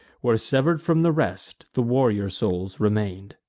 where, sever'd from the rest, the warrior souls remain'd.